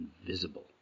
invisible